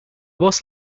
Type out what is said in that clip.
boss